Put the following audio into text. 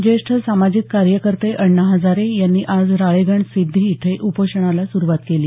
ज्येष्ठ सामाजिक कार्यकर्ते अण्णा हजारे यांनी आज राळेगण सिद्धी इथे उपोषणाला सुरुवात केली